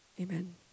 amen